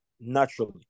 naturally